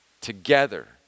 together